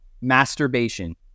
masturbation